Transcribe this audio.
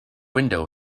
window